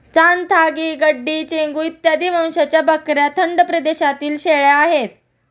चांथागी, गड्डी, चेंगू इत्यादी वंशाच्या बकऱ्या थंड प्रदेशातील शेळ्या आहेत